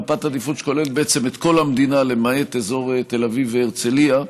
מפת עדיפות שכוללת בעצם את כל המדינה למעט אזור תל אביב והרצליה,